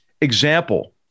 example